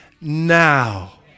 now